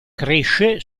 cresce